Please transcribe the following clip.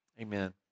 Amen